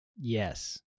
Yes